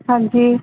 ਹਾਂਜੀ